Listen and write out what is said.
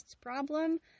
problem